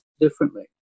differently